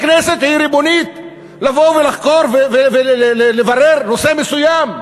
הכנסת היא ריבונית לבוא ולחקור ולברר נושא מסוים.